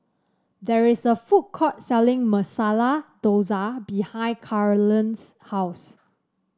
there is a food court selling Masala Dosa behind Carolann's house